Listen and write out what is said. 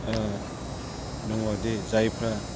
दङदि जायफ्रा